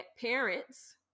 parents